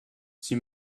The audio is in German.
sie